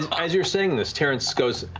as you're saying this, terrence goes,